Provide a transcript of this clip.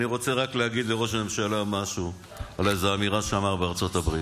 אני רוצה רק להגיד לראש הממשלה משהו על איזו אמירה שאמר בארצות הברית.